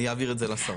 אני אעביר את זה לשרה.